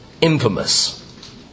infamous